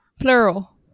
Plural